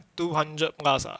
two hundred plus ah